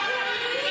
ערבים.